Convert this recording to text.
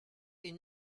est